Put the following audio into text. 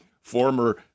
former